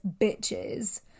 bitches